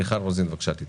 מיכל רוזין, בבקשה, תתייחסי.